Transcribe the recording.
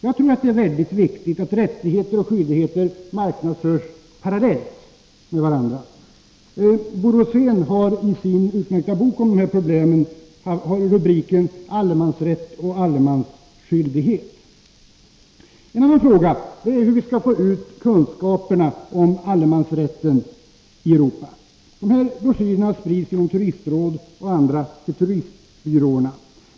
Jag tror att det är mycket viktigt att rättigheter och skyldigheter marknadsförs parallellt med varandra. Bo Roséns utmärkta bok om detta problem har rubriken Allemansrätt och allemansskyldighet. En annan fråga är hur vi skall få ut kunskaperna om allemansrätten i Europa. Naturvårdsverkets broschyr sprids genom turistrådet och andra till turistbyråerna.